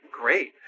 Great